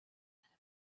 africa